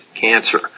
cancer